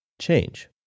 change